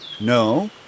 No